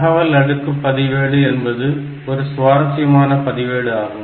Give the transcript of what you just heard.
தகவல் அடுக்கு பதிவேடு என்பது ஒரு சுவாரசியமான பதிவேடு ஆகும்